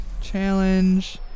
Challenge